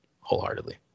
wholeheartedly